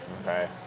okay